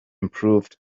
improved